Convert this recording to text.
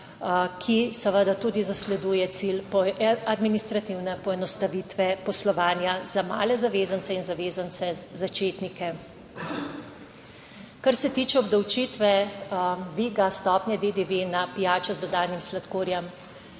ki seveda tudi zasleduje cilj administrativne poenostavitve poslovanja za male zavezance in zavezance začetnike. Kar se tiče obdavčitve dviga stopnje DDV na pijače z dodanim sladkorjem,